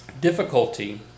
difficulty